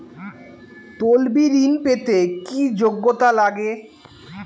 তলবি ঋন পেতে কি যোগ্যতা লাগে?